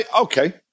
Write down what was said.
Okay